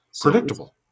predictable